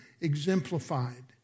exemplified